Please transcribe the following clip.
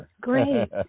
great